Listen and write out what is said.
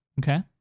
Okay